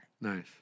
Nice